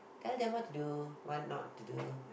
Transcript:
tell them what to do what not to do